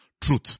truth